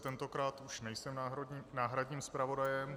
Tentokrát už nejsem náhradním zpravodajem.